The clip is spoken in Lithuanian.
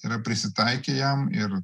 yra prisitaikę jam ir